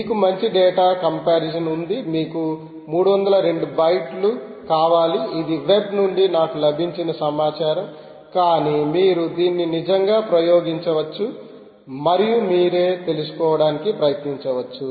మీకు మంచి data comparison ఉంది మీకు 302 బైట్లు కావాలి ఇది వెబ్ నుండి నాకు లభించిన సమాచారం కానీ మీరు దీన్ని నిజంగా ప్రయోగించవచ్చు మరియు మీరే తెలుసుకోవడానికి ప్రయత్నించవచ్చు